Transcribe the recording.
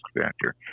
factor